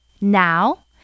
Now